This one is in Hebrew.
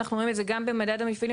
אנחנו רואים את זה גם במדד המפעלים,